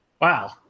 Wow